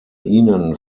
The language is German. ihnen